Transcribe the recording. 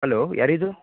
hello ಯಾರಿದು